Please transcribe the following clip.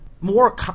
more